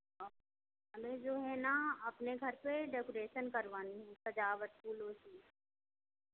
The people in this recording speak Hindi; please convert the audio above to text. हमें जो है ना अपने घर पे डेकोरेशन करवानी है सजावट फूलों की